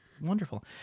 wonderful